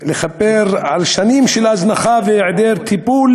לכפר על שנים של הזנחה והיעדר טיפול